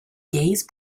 gaze